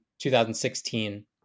2016